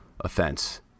offense